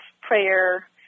prayer